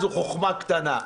זו חוכמה קטנה.